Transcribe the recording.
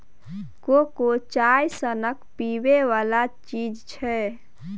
cocoa चाइए सनक पीबै बला चीज छै